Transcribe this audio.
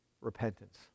repentance